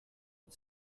but